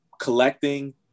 collecting